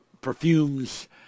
perfumes